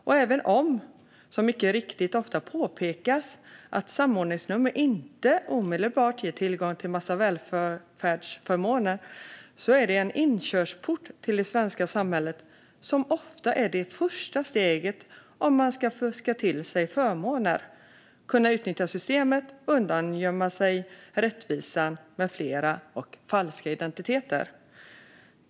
Och även om, som mycket riktigt ofta påpekas, samordningsnummer inte omedelbart ger tillgång till en massa välfärdsförmåner är det en inkörsport till det svenska samhället som ofta är det första steget om man ska fuska till sig förmåner, kunna utnyttja systemen och undangömma sig rättvisan med flera och falska identiteter.